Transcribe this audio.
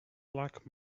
black